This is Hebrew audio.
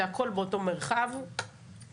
זה הכול באותו מרחב וכניסה,